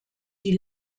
die